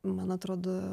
man atrodo